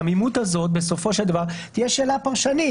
העמימות הזאת בסופו של דבר תהיה שאלה פרשנית